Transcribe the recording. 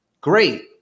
great